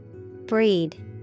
Breed